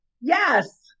Yes